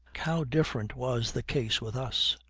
how different was the case with us!